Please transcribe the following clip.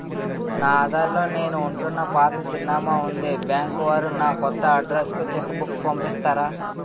నా ఆధార్ లో నేను ఉంటున్న పాత చిరునామా వుంది బ్యాంకు వారు నా కొత్త అడ్రెస్ కు చెక్ బుక్ పంపిస్తారా?